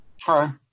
True